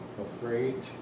afraid